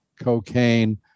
cocaine